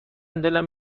دلم